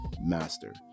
master